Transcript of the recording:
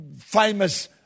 famous